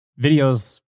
videos